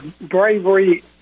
Bravery